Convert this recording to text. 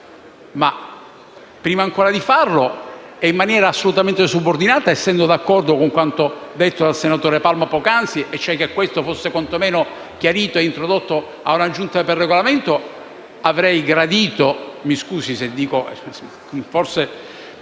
ma prima ancora di farlo e in maniera assolutamente subordinata, essendo d'accordo con quanto detto dal senatore Palma poc'anzi (cioè che questo fosse quantomeno chiarito e introdotto alla Giunta per il Regolamento), avrei gradito - mi scusi, leviamo